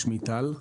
שמי טל.